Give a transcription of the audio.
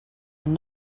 and